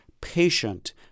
patient